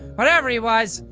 whatever he was.